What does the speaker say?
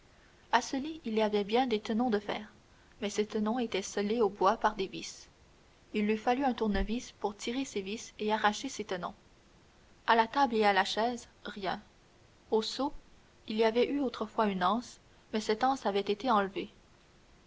à ce lit il y avait bien des tenons de fer mais ces tenons étaient scellés au bois par des vis il eût fallu un tournevis pour tirer ces vis et arracher ces tenons à la table et à la chaise rien au seau il y avait eu autrefois une anse mais cette anse avait été enlevée